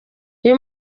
uyu